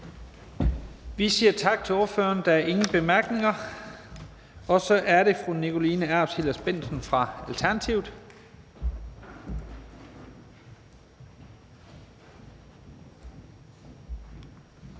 Vi siger tak til ordføreren. Der er ingen korte bemærkninger, og så er det fru Nikoline Erbs Hillers-Bendtsen fra Alternativet.